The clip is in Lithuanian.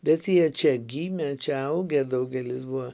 bet jie čia gimę čia augę daugelis buvo